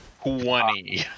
Twenty